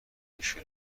میشه